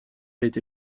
été